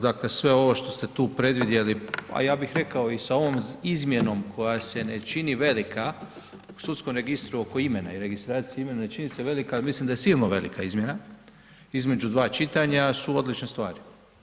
Dakle, sve ovo šta ste tu predvidjeli, a ja bih rekao i sa ovom izmjenom koja se ne čini velika u sudskom registru oko imena i registracije imena ne čini se velika, ali mislim da je sigurno velika izmjena, između dva čitanja su odlične stvari.